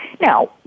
Now